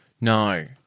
No